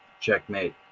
checkmate